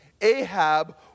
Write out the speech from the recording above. Ahab